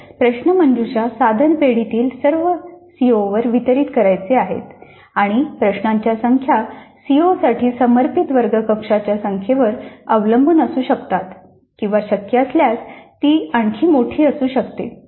तर प्रश्नमंजुषा साधन पेढीेतील प्रश्न सर्व सीओवर वितरित करायचे आहेत आणि प्रश्नांच्या संख्या सीओसाठी समर्पित वर्ग कक्षाच्या संख्येवर अवलंबून असू शकतात किंवा शक्य असल्यास ती आणखी मोठी असू शकते